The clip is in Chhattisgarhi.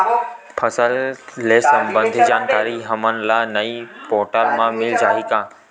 फसल ले सम्बंधित जानकारी हमन ल ई पोर्टल म मिल जाही का?